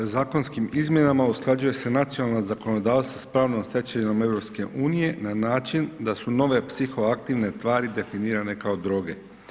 Zakonskim izmjenama usklađuje se nacionalno zakonodavstvo s pravnom stečevinom EU, na način da su nove psihoaktivne tvari definirane kao droge.